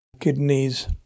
kidneys